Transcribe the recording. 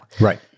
Right